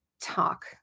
talk